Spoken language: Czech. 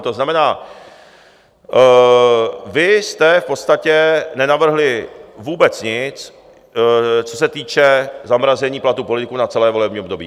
To znamená, vy jste v podstatě nenavrhli vůbec nic, co se týče zamrazení platů politiků na celé volební období.